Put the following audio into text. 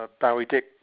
Bowie-Dick